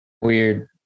weird